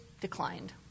declined